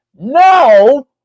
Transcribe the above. No